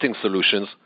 solutions